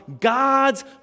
God's